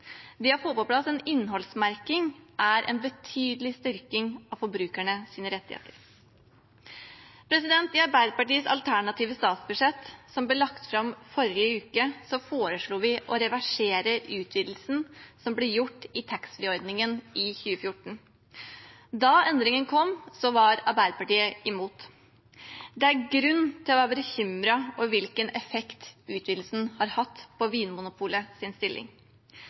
å få på plass en innholdsmerking er en betydelig styrking av forbrukernes rettigheter. I Arbeiderpartiets alternative statsbudsjett, som ble lagt fram i forrige uke, foreslår vi å reversere utvidelsen som ble gjort i taxfreeordningen i 2014. Da endringen kom, var Arbeiderpartiet imot. Det er grunn til å være bekymret over hvilken effekt utvidelsen har hatt på Vinmonopolets stilling.